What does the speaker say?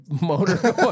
motor